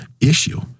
issue